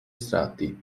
strati